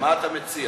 אז מה אתה מציע?